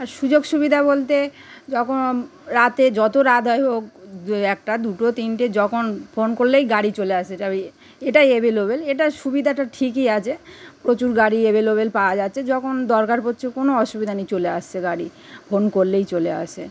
আর সুযোগ সুবিদা বলতে যখন রাতে যতো রাত হয় হোক একটা দুটো তিনটে যখন ফোন করলেই গাড়ি চলে আসে এটা ওই এটা এবেলওবেল এটার সুবিধাটা ঠিকই আছে প্রচুর গাড়ি এবেলওবেল পাওয়া যাচ্ছে যখন দরকার পড়ছে অসুবিধা নেই চলে আসছ গাড়ি ফোন করলেই চলে আসে